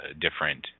different